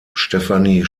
stefanie